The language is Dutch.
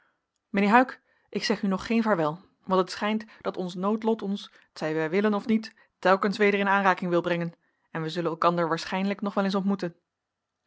mijnheer huyck ik zeg u nog geen vaarwel want het schijnt dat ons noodlot ons t zij wij willen of niet telkens weder in aanraking wil brengen en wij zullen elkander waarschijnlijk nog wel eens ontmoeten